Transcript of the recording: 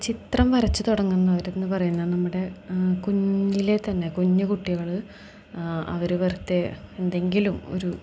ചിത്രം വരച്ച് തുടങ്ങുന്നവരെന്നു പറയുന്ന നമ്മുടെ കുഞ്ഞിലെ തന്നെ കുഞ്ഞു കുട്ടികൾ അവർ വെറുതേ എന്തെങ്കിലും ഒരു